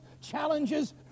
challenges